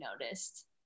noticed